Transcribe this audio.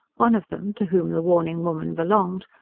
one of them, to whom the warning woman belonged,